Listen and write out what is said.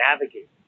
navigate